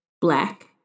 Black